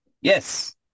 Yes